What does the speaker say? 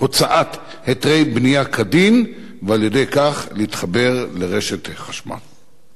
היתרי בנייה כדין, ועל-ידי כך להתחבר לרשת החשמל.